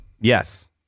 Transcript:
Yes